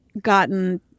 gotten